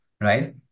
right